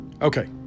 Okay